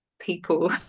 people